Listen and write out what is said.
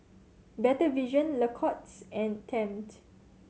Better Vision Lacoste and Tempt